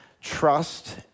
Trust